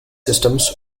systems